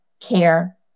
care